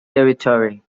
territory